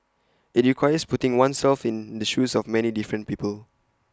IT requires putting oneself in the shoes of many different people